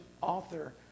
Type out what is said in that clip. author